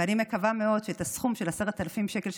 ואני מקווה מאוד שאת הסכום של 10,000 שקל,